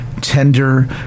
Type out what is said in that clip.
tender